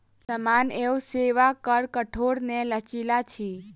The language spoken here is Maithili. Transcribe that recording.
सामान एवं सेवा कर कठोर नै लचीला अछि